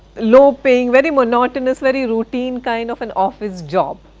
low paying, very monotonous, very routine kind of an office job